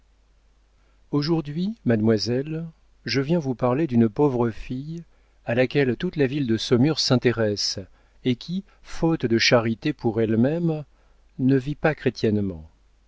aujourd'hui mademoiselle je viens vous parler d'une pauvre fille à laquelle toute la ville de saumur s'intéresse et qui faute de charité pour elle-même ne vit pas chrétiennement